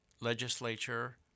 legislature